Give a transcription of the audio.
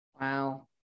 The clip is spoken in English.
Wow